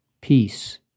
Peace